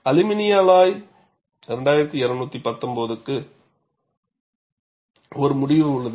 அலுமினிய அலாய் 2219 க்கு ஒரு முடிவு உள்ளது